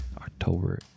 October